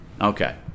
Okay